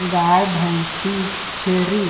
गाय, भइसी, छेरी